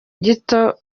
gito